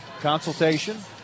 Consultation